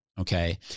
Okay